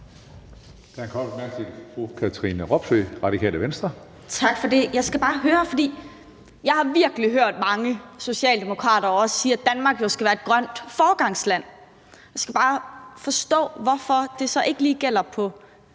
Tak for det. Jeg har virkelig hørt mange socialdemokrater sige, at Danmark skal være et grønt foregangsland. Jeg skal bare forstå, hvorfor det så ikke lige gælder